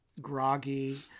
groggy